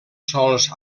sols